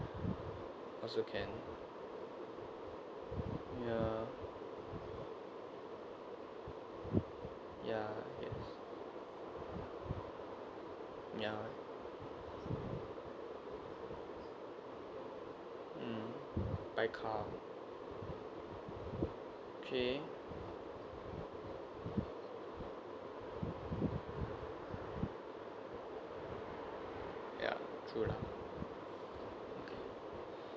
also can ya ya yes ya mm by car okay ya true lah